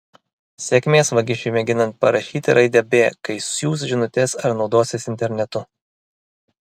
sėkmės vagišiui mėginant parašyti raidę b kai siųs žinutes ar naudosis internetu